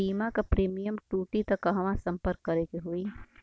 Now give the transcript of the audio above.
बीमा क प्रीमियम टूटी त कहवा सम्पर्क करें के होई?